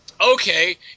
Okay